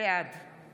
בעד דוד